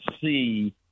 see